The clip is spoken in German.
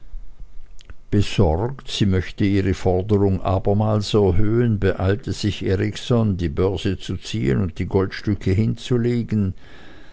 besorgt sie möchte ihre forderung abermals erhöhen beeilte sich erikson die börse zu ziehen und die goldstücke hinzulegen